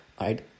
right